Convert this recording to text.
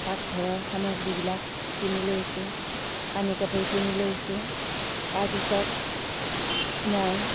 পাক ঘৰৰ সামগ্ৰীবিলাক কিনি লৈছোঁ কানি কাপোৰ কিনি লৈছোঁ তাৰ পিছত মই